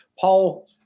Paul